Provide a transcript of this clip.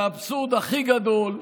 והאבסורד הכי גדול,